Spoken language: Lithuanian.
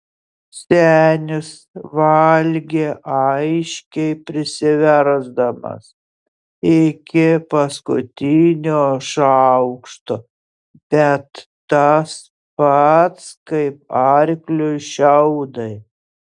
senis valgė aiškiai prisiversdamas iki paskutinio šaukšto bet tas pats kaip arkliui šiaudai